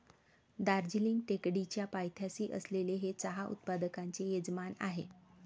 दार्जिलिंग टेकडीच्या पायथ्याशी असलेले हे चहा उत्पादकांचे यजमान आहे